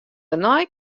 dêrnei